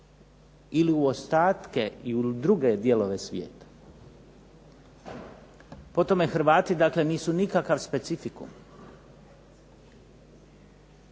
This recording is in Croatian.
ili u ostatke ili druge dijelove svijeta. Po tome Hrvati nisu dakle nisu nikakav specifikum.